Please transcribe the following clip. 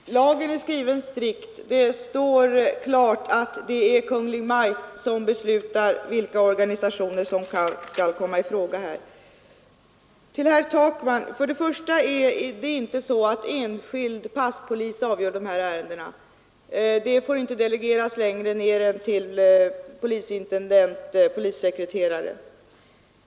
Herr talman! Lagen är skriven strikt. Det står klart angivet att det är Kungl. Maj:t som beslutar vilka organisationer som skall komma i fråga i detta sammanhang. Till herr Takman vill jag säga: För det första är det inte så att enskild passpolis avgör dessa ärenden. De får inte delegeras längre ned än till polisintendent eller polissekreterare.